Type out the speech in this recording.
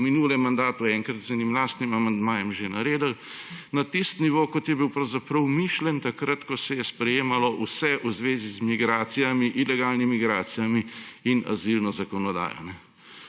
minulem mandatu enkrat z enim lastnim amandmajem že naredili, na tisti nivo, kot je bilo pravzaprav mišljeno takrat, ko se je sprejemalo vse v zvezi z migracijami, ilegalnimi migracijami in azilno zakonodajo.